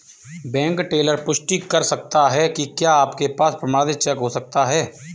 Bank teller पुष्टि कर सकता है कि क्या आपके पास प्रमाणित चेक हो सकता है?